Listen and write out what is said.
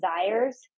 desires